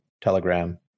Telegram